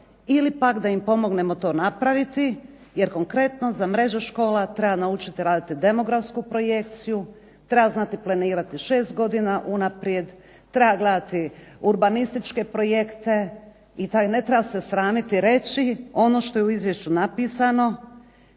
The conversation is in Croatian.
ili pak da im pomognemo to napraviti jer konkretno za mreže škola treba naučiti raditi demografsku projekciju, treba znati planirati 6 godina unaprijed, treba gledati urbanističke projekte. I ne treba se sramit reći ono što je u izvješću napisano,